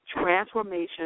Transformation